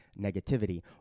negativity